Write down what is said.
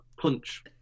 punch